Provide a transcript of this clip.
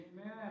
Amen